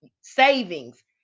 savings